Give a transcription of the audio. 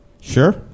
Sure